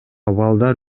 балдар